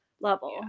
level